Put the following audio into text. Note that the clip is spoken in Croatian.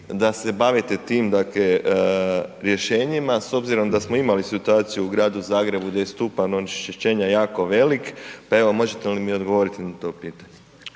da se bavite tim, dakle rješenjima s obzirom da smo imali situaciju u Gradu Zagrebu gdje je stupanj onečišćenja jako velik, pa evo možete li mi odgovorit na to pitanje?